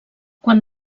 quan